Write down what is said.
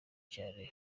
cyane